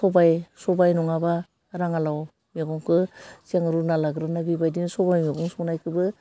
सबाइ सबाइ नङाबा राङालाव मैगंखौ जोङो रुना लाग्रोना बेबादिनो सबाइ मैगं संनायखौबो